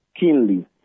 keenly